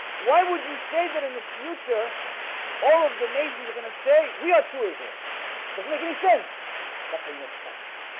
why would you say that in the future all of the nations are gonna say? we are choice real doesn't make any sense that's how you know. it's a prophecy